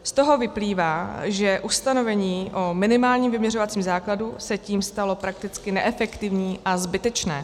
Z toho vyplývá, že ustanovení o minimálním vyměřovacím základu se tím stalo prakticky neefektivní a zbytečné.